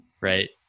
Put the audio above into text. Right